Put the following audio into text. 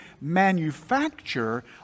manufacture